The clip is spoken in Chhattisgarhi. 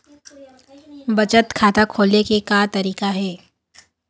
बचत खाता खोले के का तरीका हे?